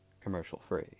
commercial-free